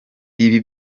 ibi